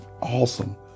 awesome